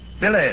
Billy